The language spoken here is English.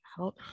out